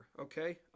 Okay